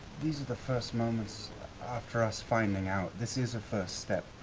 these are the first moments after us finding out, this is a first step.